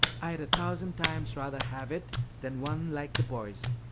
i'd a thousand times rather have it than one like the boys'.